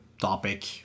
topic